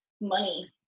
money